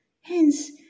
Hence